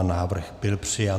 Návrh byl přijat.